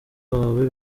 wawe